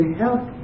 help